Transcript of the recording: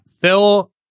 Phil